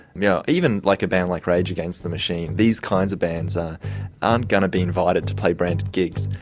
now even like a band like rage against the machine, these kinds of bands aren't going to be invited to play branded gigs.